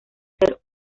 ser